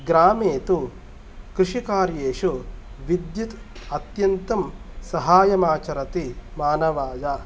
ग्रामेतु कृषि कार्येषु विद्युत् अत्यन्तं सहायमाचरति मानवाय